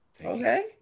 Okay